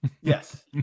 Yes